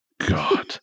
God